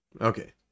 Okay